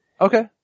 Okay